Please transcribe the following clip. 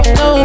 no